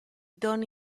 donne